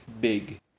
Big